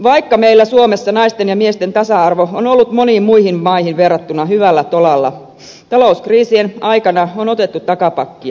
vaikka meillä suomessa naisten ja miesten tasa arvo on ollut moniin muihin maihin verrattuna hyvällä tolalla talouskriisien aikana on otettu takapakkia